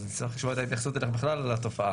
אז נשמע לשמוע את ההתייחסות, בכלל לתופעה.